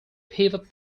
pivot